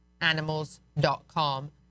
animals.com